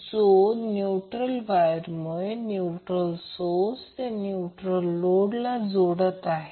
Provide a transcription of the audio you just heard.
जो न्यूट्रल वायरमुळे neutral source ते न्यूट्रल लोडला जोडत आहे